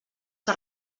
que